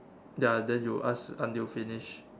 ya then you ask until finish